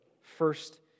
first